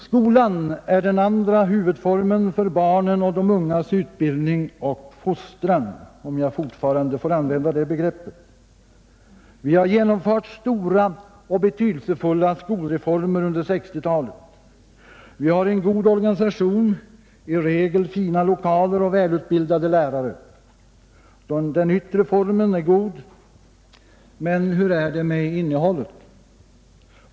Skolan är den andra huvudformen för barnens och de ungas utbildning och fostran, om jag fortfarande får använda det begreppet. Vi har genomfört stora och betydelsefulla skolreformer under 1960-talet. Skolan har en god organisation, i regel fina lokaler och välutbildade lärare. Den yttre formen är alltså god, men hur är det med innehållet?